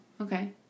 Okay